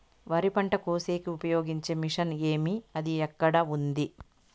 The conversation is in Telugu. వరి పంట కోసేకి ఉపయోగించే మిషన్ ఏమి అది ఎక్కడ ఉంది?